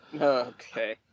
Okay